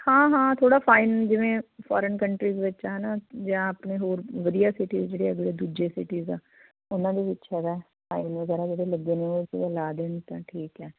ਹਾਂ ਹਾਂ ਥੋੜ੍ਹਾ ਫਾਈਨ ਜਿਵੇਂ ਫੋਰਨ ਕੰਟਰੀਜ਼ ਵਿੱਚ ਆ ਨਾ ਜਾਂ ਆਪਣੇ ਹੋਰ ਵਧੀਆ ਸਿਟੀ ਜਿਹੜੇ ਦੂਏ ਦੂਜੇ ਸਿਟੀਜ ਆ ਉਹਨਾਂ ਦੇ ਵਿੱਚ ਹੈਗਾ ਫਾਈਨ ਵਗੈਰਾ ਜਿਹੜੇ ਲੱਗੇ ਨੇ ਉਹ ਲਾ ਦੇਣ ਤਾਂ ਠੀਕ ਹੈ